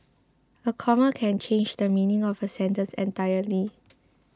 a comma can change the meaning of a sentence entirely